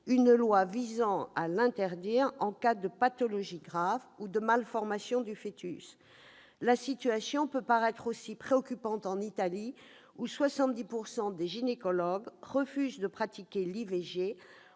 de loi visant à interdire l'IVG en cas de pathologie grave ou de malformation du foetus. La situation peut également paraître préoccupante en Italie, où 70 % des gynécologues refusent de pratiquer l'IVG,